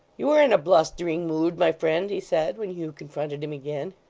you are in a blustering mood, my friend he said, when hugh confronted him again.